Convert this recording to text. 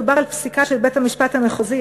מדובר על פסיקה של בית-המשפט המחוזי.